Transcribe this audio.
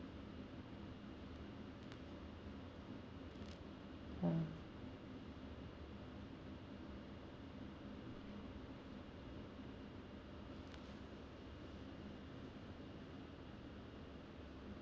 uh